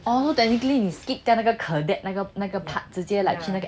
oh technically is 一定要那个 cadet 那个直接 like 去那个